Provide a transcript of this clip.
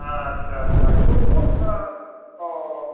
अच्छा अच्छा कोन कोन ओ